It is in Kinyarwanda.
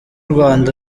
rwanda